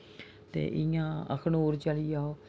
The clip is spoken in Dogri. ते इ'यां अखनूर चली जाओ